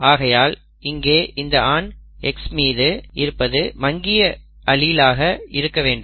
ஆகையால் இங்கே இந்த ஆண் X மீது இருப்பது மங்கிய அலீல் ஆக இருக்க வேண்டும்